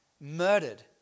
murdered